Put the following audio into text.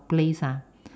place ah